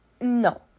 No